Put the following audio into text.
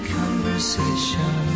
conversation